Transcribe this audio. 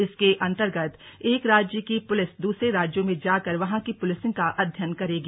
इसके अन्तर्गत एक राज्य की पुलिस दूसरे राज्यों में जाकर वहां की पुलिसिंग का अध्ययन करेंगी